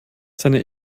seine